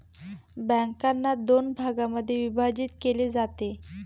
बँकांना दोन भागांमध्ये विभाजित केले जाते